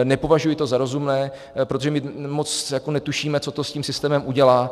Nepovažuji to za rozumné, protože moc netušíme, co to s tím systémem udělá.